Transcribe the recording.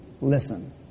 listen